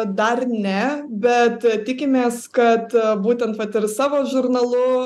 dar ne bet tikimės kad būtent vat ir savo žurnalu